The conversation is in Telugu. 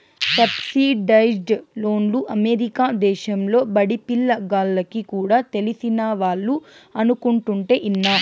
సబ్సిడైజ్డ్ లోన్లు అమెరికా దేశంలో బడిపిల్ల గాల్లకి కూడా తెలిసినవాళ్లు అనుకుంటుంటే ఇన్నా